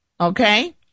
Okay